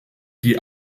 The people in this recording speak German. die